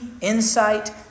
insight